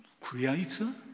creator